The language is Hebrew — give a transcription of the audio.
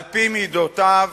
על-פי מידותיו.